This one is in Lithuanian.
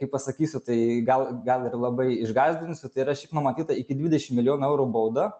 kai pasakysiu tai gal gal ir labai išgąsdinsiu tai yra šiaip numatyta iki dvidešim milijonų eurų bauda